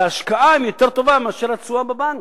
ההשקעה היא טובה יותר מאשר התשואה בבנק.